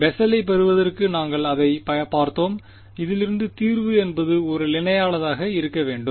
பெசலைப் பெறுவதற்கு நாங்கள் அதைப் பார்த்தோம் இதிலிருந்து தீர்வு என்பது ஒரு நிலையானதாக இருக்க வேண்டும்